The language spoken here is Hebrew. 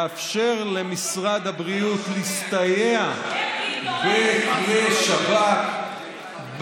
לאפשר למשרד הבריאות להסתייע בכלי שב"כ,